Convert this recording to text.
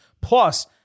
Plus